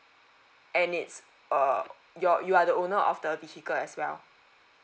and it's err you're you are the owner of the vehicle as well